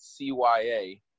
CYA